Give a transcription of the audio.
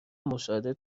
مشاهده